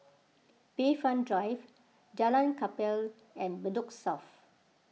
Bayfront Drive Jalan Kapal and Bedok South